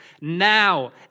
now